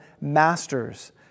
masters